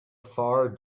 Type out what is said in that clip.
far